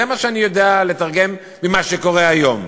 זה מה שאני יודע לתרגם ממה שקורה היום.